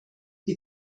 die